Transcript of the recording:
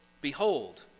behold